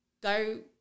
go